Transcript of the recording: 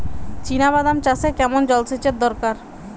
চিনাবাদাম চাষে কেমন জলসেচের দরকার?